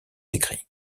écrits